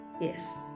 Yes